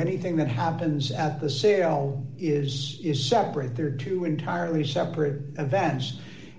anything that happens at the sale is is separate there are two entirely separate events